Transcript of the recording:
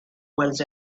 was